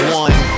one